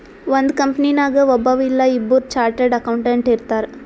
ಒಂದ್ ಕಂಪನಿನಾಗ್ ಒಬ್ಬವ್ ಇಲ್ಲಾ ಇಬ್ಬುರ್ ಚಾರ್ಟೆಡ್ ಅಕೌಂಟೆಂಟ್ ಇರ್ತಾರ್